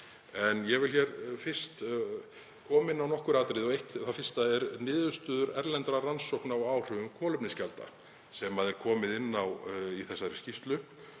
Ég vil koma inn á nokkur atriði og eitt það fyrsta er niðurstöður erlendra rannsókna á áhrifum kolefnisgjalda sem er komið inn á í þessari skýrslu.